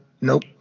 nope